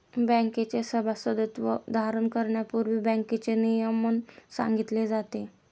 बँकेचे सभासदत्व धारण करण्यापूर्वी बँकेचे नियमन सांगितले जाते